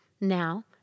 Now